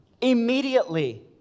Immediately